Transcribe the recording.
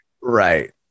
right